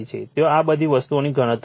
ત્યાં આ બધી વસ્તુઓની ગણતરી છે